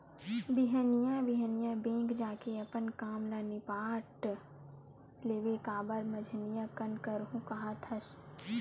बिहनिया बिहनिया बेंक जाके अपन काम ल निपाट लेबे काबर मंझनिया कन करहूँ काहत हस